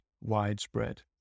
widespread